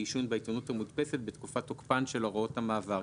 ועישון בעיתונות המודפסת בתקופת תוקפן של הוראות המעבר,